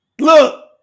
Look